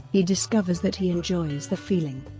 he discovers that he enjoys the feeling.